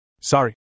Sorry